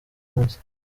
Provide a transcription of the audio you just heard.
munsi